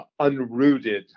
unrooted